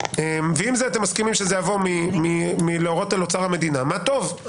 אם אתם מסכימים שזה יבוא מלהורות על אוצר המדינה מה טוב,